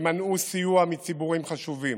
ומנעו סיוע מציבורים חשובים.